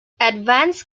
advanced